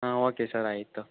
ಹಾಂ okay sir ಆಯಿತು